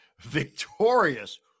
victorious